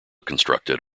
constructed